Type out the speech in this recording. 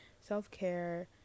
self-care